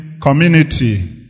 community